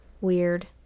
weird